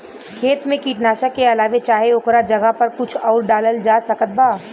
खेत मे कीटनाशक के अलावे चाहे ओकरा जगह पर कुछ आउर डालल जा सकत बा?